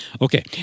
Okay